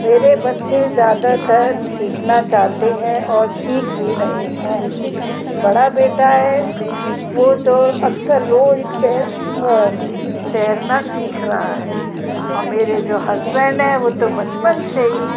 मेरे बच्चे ज़्यादातर सीखना चाहते हैं और सीख भी रहे हैं बड़ा बेटा है वह तो अक्सर रोज़ तैर तैरना सीख रहा है और मेरे जो हसबैंड हैं वह तो बचपन से ही